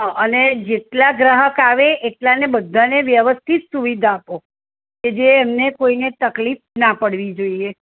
હ અને જેટલા ગ્રાહક આવે એટલા બધાને વ્યવસ્થિત સુવિધા આપો કે જે એમને કોઈને તકલીફ ન પડવી જોઈએ